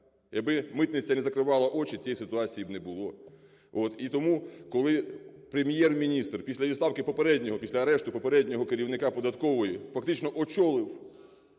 Якби митниця не закривала очі, цієї ситуації б не було, от. І тому, коли Прем’єр-міністр після відставки попереднього, після арешту попереднього керівника податкової фактично очолив